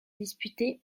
disputée